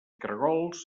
caragols